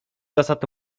zasad